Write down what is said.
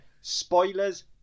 spoilers